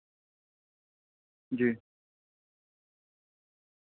جی